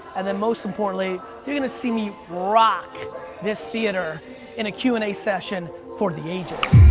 and then most importantly, you're gonna see me rock this theater in a q and a session for the ages.